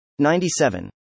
97